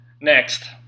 Next